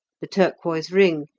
the turquoise ring,